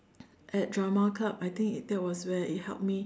at drama club I think it that was where it helped me